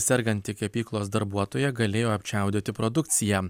serganti kepyklos darbuotoja galėjo apčiaudėti produkciją